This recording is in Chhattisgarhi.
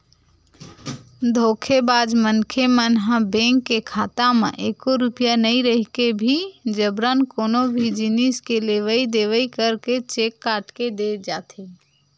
धोखेबाज मनखे मन ह बेंक के खाता म एको रूपिया नइ रहिके भी जबरन कोनो भी जिनिस के लेवई देवई करके चेक काट के दे जाथे